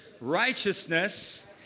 Righteousness